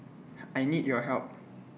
I need your help